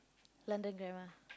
London grammar